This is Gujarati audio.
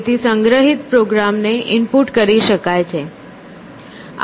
તેથી સંગ્રહિત પ્રોગ્રામ ને ઇનપુટ કરી શકાય છે